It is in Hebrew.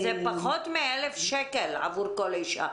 זה פחות מ-1,000 שקל עבור כל אישה.